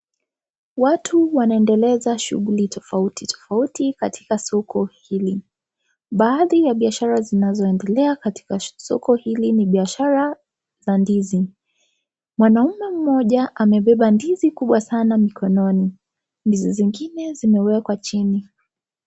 Watu wanaendeleza shughuli tofautitofauti katika soko hili baadhi ya biashara zinazoendelea katika soko hili ni biashara ya ndizi. Mwanaume mmoja amebeba ndizi kubwa sana mkononi ndizi zingine zimewekwa chini.